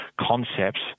concepts